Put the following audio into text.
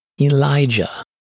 Elijah